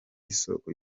isoko